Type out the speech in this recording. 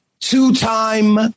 Two-time